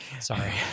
Sorry